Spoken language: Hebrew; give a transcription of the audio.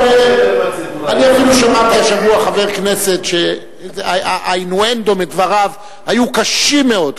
אבל אני אפילו שמעתי השבוע חבר כנסת שהאינואנדו מדבריו היו קשים מאוד.